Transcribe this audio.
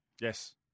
Yes